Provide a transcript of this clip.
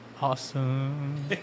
Awesome